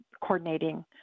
coordinating